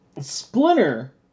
Splinter